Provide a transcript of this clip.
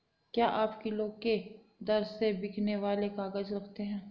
क्या आप किलो के दर से बिकने वाले काग़ज़ रखते हैं?